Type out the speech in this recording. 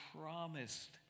promised